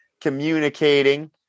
communicating